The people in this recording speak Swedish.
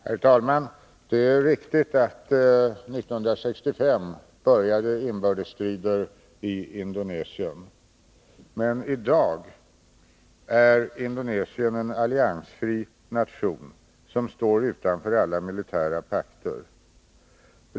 Herr talman! Det är riktigt att 1965 började inbördes strider i Indonesien. Men i dag är Indonesien en alliansfri nation, som står utanför alla militärpakter.